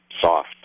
soft